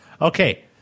Okay